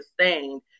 sustained